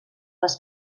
les